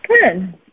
Good